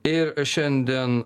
ir šiandien